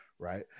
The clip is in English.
right